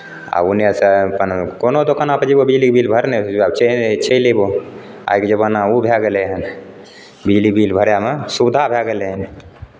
आ ओन्नऽ सँ अपन कोनो दोकानपर जेयबै बिजलीके बिल भरने आब चलिए चलि अयबहु आइके जमाना ओ भए गेलै हन बिजली बिल भरयमे सुविधा भए गेलै हन